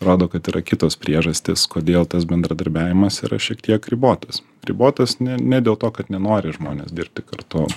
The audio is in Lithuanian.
rodo kad yra kitos priežastys kodėl tas bendradarbiavimas yra šiek tiek ribotas ribotas ne ne dėl to kad nenori žmonės dirbti kartu